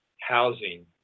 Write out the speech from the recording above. housing